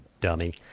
dummy